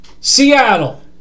Seattle